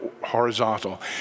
horizontal